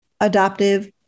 adoptive